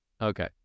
Okay